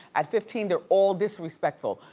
at fifteen, they're all disrespectful.